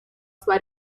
sua